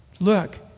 look